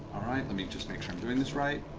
right, let me just make sure i'm doing this right.